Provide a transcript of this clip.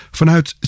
Vanuit